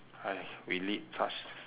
!aiya! we lead such